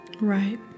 Right